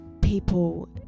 people